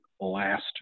last